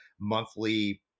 monthly